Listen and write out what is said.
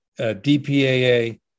DPAA